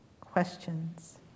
Questions